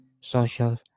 social